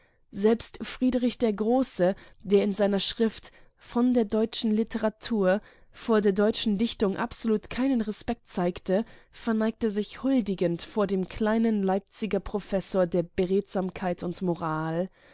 selbst friedrich der große der in seiner schrift von der deutschen literatur vor der deutschen dichtung absolut keinen respekt zeigte verneigte sich huldigend vor dem kleinen leipziger professor der beredsamkeit und moral